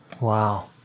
Wow